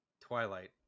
Twilight